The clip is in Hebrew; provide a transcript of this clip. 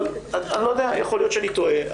אבל אני לא יודע, יכול להיות שאני טועה.